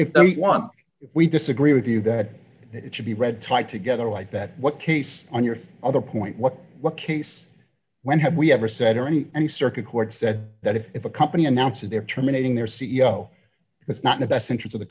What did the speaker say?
if we disagree with you that it should be read tied together like that what case on your other point what what case when have we ever said any any circuit court said that if a company announces a terminating their c e o is not the best interest of the